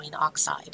oxide